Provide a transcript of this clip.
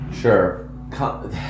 Sure